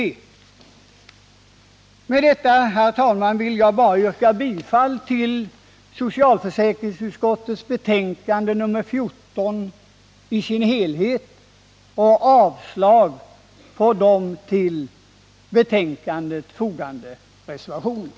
Med detta, herr talman, vill jag bara yrka bifall till socialförsäkringsutskottets hemställan i dess helhet i betänkandet nr 14 och avslag på de till betänkandet fogade reservationerna.